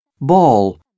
Ball